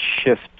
shift